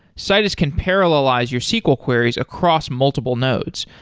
citus can parallelize your sql queries across multiple nodes,